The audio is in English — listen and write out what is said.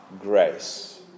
grace